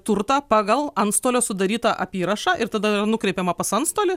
turtą pagal antstolio sudarytą apyrašą ir tada nukreipiama pas antstolį